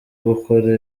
gukora